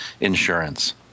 insurance